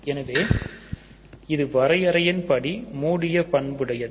எனவே இது வரையறையின் படி மூடிய பண்பை உடையது